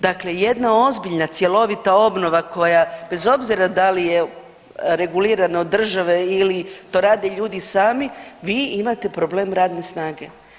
Dakle, jedna ozbiljna, cjelovita obnova, koja, bez obzira da li je regulirana od države ili to rade ljudi sami, vi imate problem radne snage.